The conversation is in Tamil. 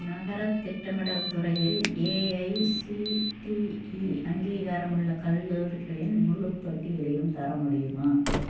நகர திட்டமிடல் துறையில் ஏஐசிடிஇ அங்கீகாரமுள்ள கல்லூரிகளின் முழு பட்டியலையும் தர முடியுமா